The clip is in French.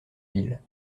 villes